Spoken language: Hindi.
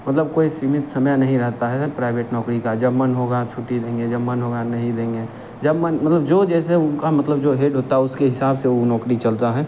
मतलब कोई सीमित समय नहीं रहता है प्राइवेट नौकरी का जब मन होगा छुट्टी देंगे जब मन होगा नहीं देंगे जब मन मतलब जो जैसे उनका मतलब जो हेड होता है उसके हिसाब से वह नौकरी चलती है